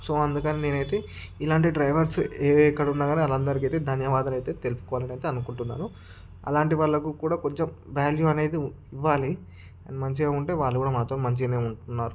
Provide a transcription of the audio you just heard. so అందుకని నేనైతే ఇలాంటి డ్రైవర్ ఎక్కడున్నా కానీ వాళ్లందరికీ అయితే ధన్యవాదాలు అయితే తెలుపుకోవాలని అయితే అనుకుంటున్నాను అలాంటి వాళ్ళకు కూడా కొంచెం వాల్యూ అనేది ఇవ్వాలి అండ్ మంచిగా ఉంటే వాళ్ళు కూడా మనతో మంచిగానే ఉంటున్నారు